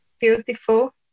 beautiful